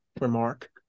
remark